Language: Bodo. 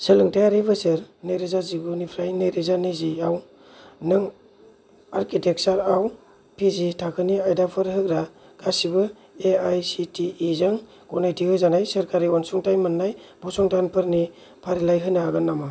सोलोंथायारि बोसोर नैरोजा जिगुनिफ्राय नैरोजा नैजिआव नों आर्किटेक्चारआव पि जि थाखोनि आयदाफोर होग्रा गासिबो A I C T E जों गनायथि होजानाय सोरखारि अनसुंथाइ मोन्नाय फसंथानफोरनि फारिलाइ होनो हागोन नामा